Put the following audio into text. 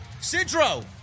Sidro